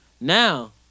Now